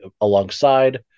alongside